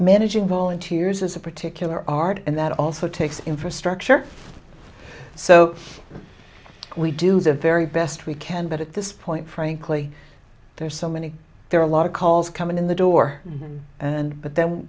managing volunteers as a particular art and that also takes infrastructure so we do the very best we can but at this point frankly there's so many there are a lot of calls coming in the door and but